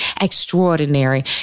extraordinary